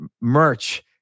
merch